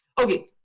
okay